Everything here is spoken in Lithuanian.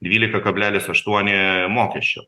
dvylika kablelis aštuoni mokesčio